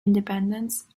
independence